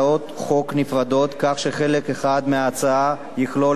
כך שחלק אחד מההצעה יכלול את ההוראות ההתייחסות